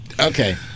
Okay